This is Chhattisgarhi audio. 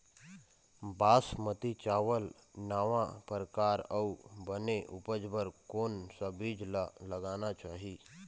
बासमती चावल नावा परकार अऊ बने उपज बर कोन सा बीज ला लगाना चाही?